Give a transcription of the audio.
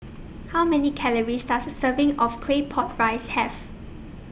How Many Calories Does A Serving of Claypot Rice Have